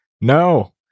No